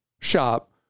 shop